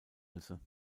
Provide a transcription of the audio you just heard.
müsse